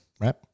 Right